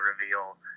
reveal